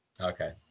Okay